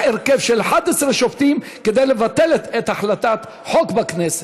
הרכב של 11 שופטים כדי לבטל החלטת חוק בכנסת.